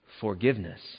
forgiveness